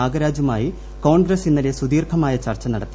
നാഗരാജുമായി കോൺഗ്രസ്സ് ഇന്നലെ സുദീർഘമായ ചർച്ച നടത്തി